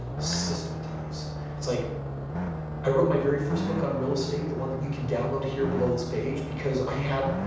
systematize. it's like i wrote my very first book on real estate the one that you can download here below this page because i had,